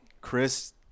Chris